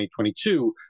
2022